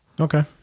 Okay